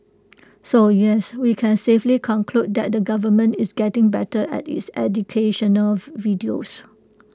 so yes we can safely conclude that the government is getting better at its educational videos